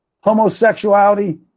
Homosexuality